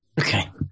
Okay